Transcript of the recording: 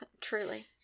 Truly